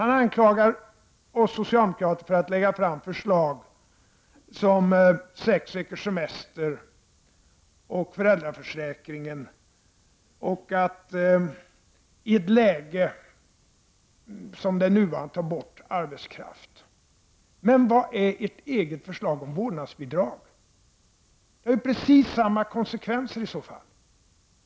Han anklagar oss socialdemokrater för att lägga fram förslag om sex veckors semester och om föräldraförsäkringen, och i ett läge som det nuvarande ta bort arbetskraft. Men vad är ert eget förslag om vårdnadsbidrag? Det har ju precis samma konsekvenser.